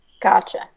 Gotcha